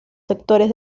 sectores